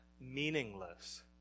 meaningless